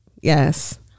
Yes